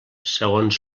segons